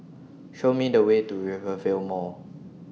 Show Me The Way to Rivervale Mall